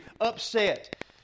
upset